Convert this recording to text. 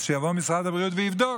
אז שיבוא משרד הבריאות ויבדוק,